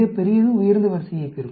மிகப் பெரியது உயர்ந்த வரிசையைப் பெறும்